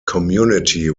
community